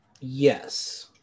Yes